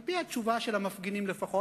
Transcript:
על-פי התשובה של המפגינים לפחות,